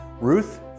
Ruth